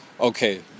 okay